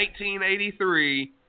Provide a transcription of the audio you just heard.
1983